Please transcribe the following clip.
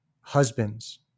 husbands